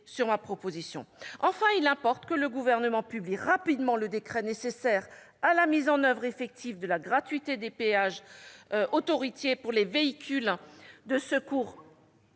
sur ma proposition. Enfin, il importe que le Gouvernement publie rapidement le décret nécessaire à la mise en oeuvre effective de la gratuité des péages autoroutiers pour les véhicules de secours